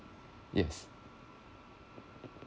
yes